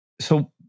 So-